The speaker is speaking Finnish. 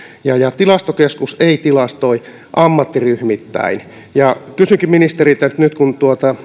ja ja tilastokeskus ei tilastoi ammattiryhmittäin kysynkin ministeriltä nyt kun